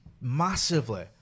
massively